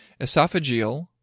esophageal